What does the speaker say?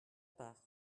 part